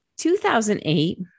2008